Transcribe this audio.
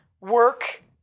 work